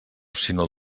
sinó